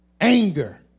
anger